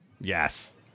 Yes